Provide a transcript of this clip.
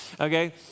Okay